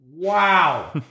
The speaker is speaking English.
wow